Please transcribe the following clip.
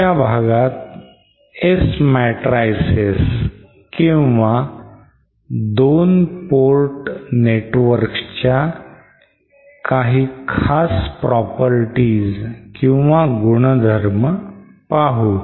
पुढच्या भागात S matrices किंवा 2 port networks च्या काही खास properties पाहू